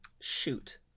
Shoot